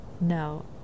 No